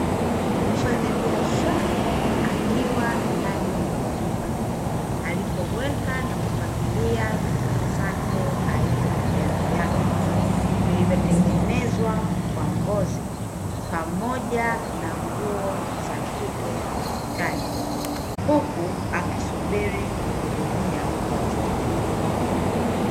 Mfanyabiashara akiwa ndani ya duka alipoweka na kupangilia bidhaa zake aina ya viatu, vilivyotengenezwa kwa ngozi pamoja na nguo za kike ukutani; huku akisubiri kuhudumia wateja.